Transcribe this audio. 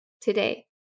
today